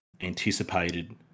anticipated